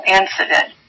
incident